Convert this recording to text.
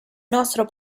nostro